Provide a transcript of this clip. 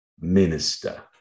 minister